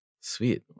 Sweet